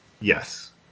Yes